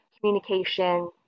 communication